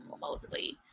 mostly